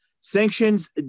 Sanctions